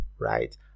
right